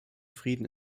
frieden